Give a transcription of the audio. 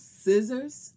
scissors